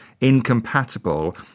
incompatible